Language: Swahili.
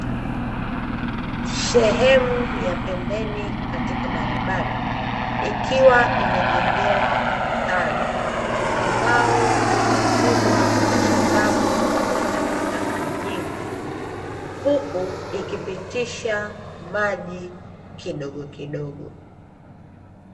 Sehemu ya pembeni katika barabara ikiwa imejengewa mtaro, ambao umezibwa kwa sababu ya takataka nyingi; huku ikipitisha maji kidogokidogo.